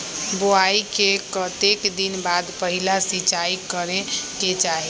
बोआई के कतेक दिन बाद पहिला सिंचाई करे के चाही?